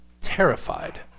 terrified